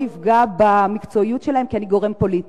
אפגע במקצועיות שלהם כי אני גורם פוליטי.